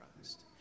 Christ